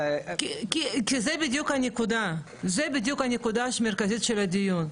כי זו בדיוק הנקודה המרכזית של הדיון.